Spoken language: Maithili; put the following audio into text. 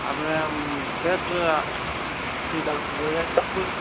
अपने फेस अथी करबै सबकिछु छै